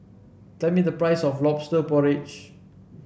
tell me the price of lobster porridge